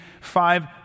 five